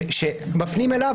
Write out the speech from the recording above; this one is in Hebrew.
שמפנים אליו.